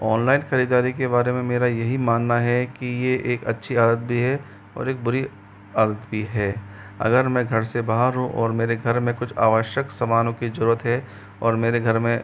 online ख़रीदारी के बारे में मेरा यही मानना है कि ये एक अच्छी आदत भी है और एक बुरी आदत भी है अगर मैं घर से बाहर हूँ और मेरे घर में कुछ आवश्यक समानों की ज़रूरत है और मेरे घर में